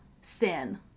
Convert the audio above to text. sin